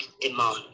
demand